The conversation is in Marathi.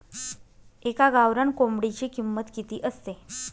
एका गावरान कोंबडीची किंमत किती असते?